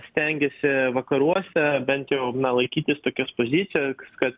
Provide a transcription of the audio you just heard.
stengiasi vakaruose bent jau na laikytis tokios pozicijos kad